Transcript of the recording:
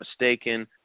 mistaken